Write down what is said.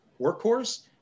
workhorse